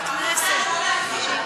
להגיד,